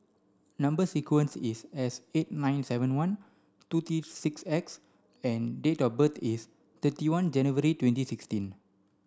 number sequence is S eight nine seven one two three six X and date of birth is thirty one January twenty sixteen